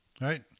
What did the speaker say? right